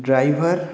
driver